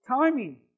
Timing